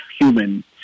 human